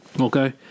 Okay